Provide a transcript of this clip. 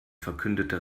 verkündete